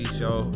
show